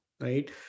right